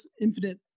infinite